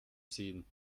sehen